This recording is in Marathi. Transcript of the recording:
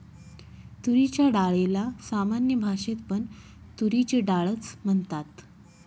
तुरीच्या डाळीला सामान्य भाषेत पण तुरीची डाळ च म्हणतात